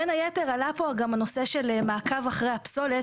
בין היתר עלה פה גם הנושא של מעקב אחרי הפסולת,